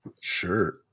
Sure